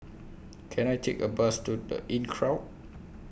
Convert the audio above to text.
Can I Take A Bus to The Inncrowd